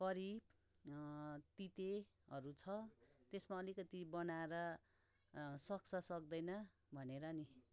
curry तितेहरू छ त्यसमा अलिकति बनाएर सक्छ सक्दैन भनेर नि